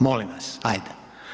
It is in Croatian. Molim vas ajde.